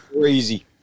crazy